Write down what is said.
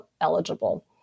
eligible